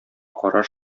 караш